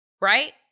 right